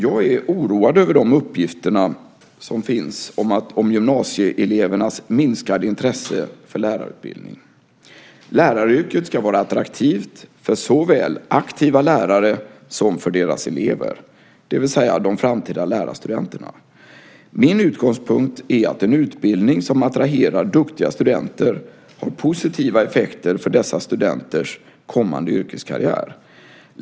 Jag är oroad över de uppgifter som finns om gymnasieelevernas minskade intresse för lärarutbildning. Läraryrket ska vara attraktivt för såväl aktiva lärare som deras elever, det vill säga de framtida lärarstudenterna. Min utgångspunkt är att en utbildning som attraherar duktiga studenter har positiva effekter för dessa studenters kommande yrkeskarriär.